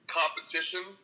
competition